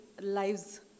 lives